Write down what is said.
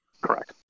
Correct